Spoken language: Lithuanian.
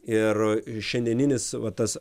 ir šiandieninis va tas